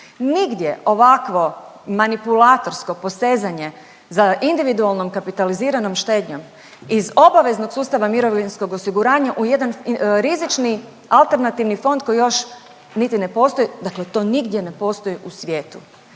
Nigdje ovakvo manipulatorsko posezanje za individualnom kapitaliziranom štednjom iz obaveznog sustava mirovinskog osiguranja u jedan rizični alternativni fond koji još niti ne postoji dakle to nigdje ne postoji u svijetu.